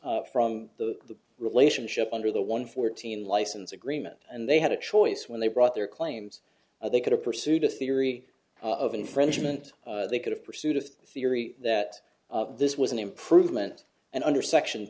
arise from the relationship under the one fourteen license agreement and they had a choice when they brought their claims or they could have pursued a theory of infringement they could have pursued a theory that this was an improvement and under section